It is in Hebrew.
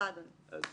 רק